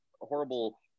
horrible